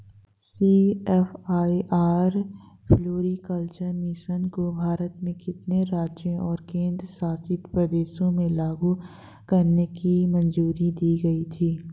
CSIR floriculture mission को भारत के कितने राज्यों और केंद्र शासित प्रदेशों में लागू करने की मंजूरी दी गई थी?